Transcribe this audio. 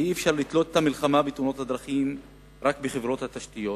אי-אפשר לתלות את המלחמה בתאונות הדרכים רק בחברות התשתיות,